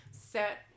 set